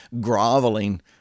groveling